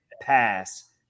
pass